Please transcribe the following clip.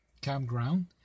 campground